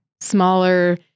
smaller